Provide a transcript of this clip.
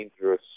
dangerous